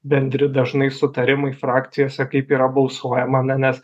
bendri dažnai sutarimai frakcijose kaip yra balsuojama na nes